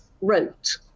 wrote